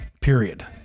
period